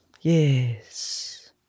Yes